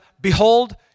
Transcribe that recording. behold